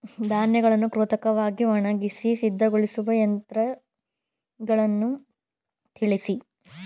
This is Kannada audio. ಧಾನ್ಯಗಳನ್ನು ಕೃತಕವಾಗಿ ಒಣಗಿಸಿ ಸಿದ್ದಗೊಳಿಸುವ ಯಂತ್ರಗಳನ್ನು ತಿಳಿಸಿ?